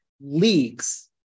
leagues